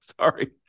Sorry